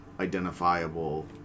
identifiable